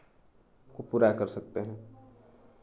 को पूरा कर सकते हैं